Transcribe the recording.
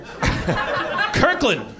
Kirkland